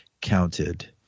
counted